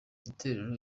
itorero